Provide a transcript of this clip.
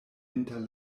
inter